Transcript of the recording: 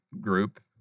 group